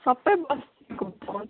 सबै बस्तीको पाउँछ